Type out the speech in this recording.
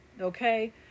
okay